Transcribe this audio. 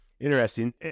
Interesting